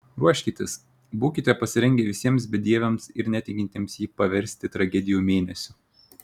ruoškitės būkite pasirengę visiems bedieviams ir netikintiems jį paversti tragedijų mėnesiu